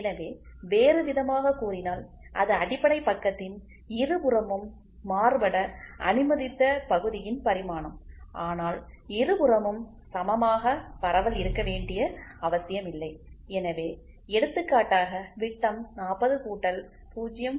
எனவே வேறுவிதமாகக் கூறினால் அது அடிப்படை பக்கத்தின் இருபுறமும் மாறுபட அனுமதித்த பகுதியின் பரிமாணம் ஆனால் இருபுறமும் சமமாக பரவல் இருக்க வேண்டிய அவசியம் இல்லை எனவே எடுத்துக்காட்டாக விட்டம் 40 கூட்டல் 0